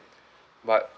but